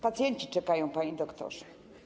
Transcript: Pacjenci czekają, panie doktorze.